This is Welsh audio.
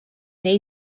neu